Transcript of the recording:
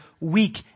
weak